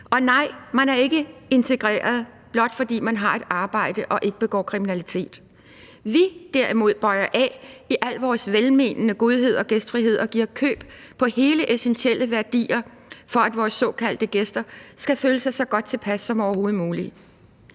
Og nej, man er ikke integreret, blot fordi man har et arbejde og ikke begår kriminalitet. Vi derimod bøjer af i al vores velmenende godhed og gæstfrihed og giver køb på helt essentielle værdier, for at vores såkaldte gæster skal føle sig så godt tilpas som overhovedet muligt.